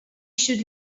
should